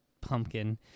pumpkin